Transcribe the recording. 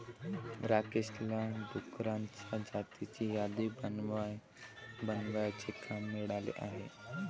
राकेशला डुकरांच्या जातींची यादी बनवण्याचे काम मिळाले आहे